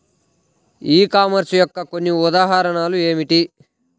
ఈ కామర్స్ యొక్క కొన్ని ఉదాహరణలు ఏమిటి?